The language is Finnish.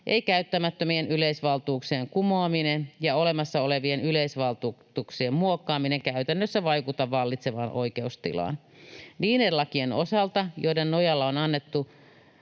ei käyttämättömien yleisvaltuuksien kumoaminen ja olemassa olevien yleisvaltuutuksien muokkaaminen käytännössä vaikuta vallitsevaan oikeustilaan. Niiden lakien osalta, joiden nojalla on annettu